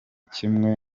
kimwe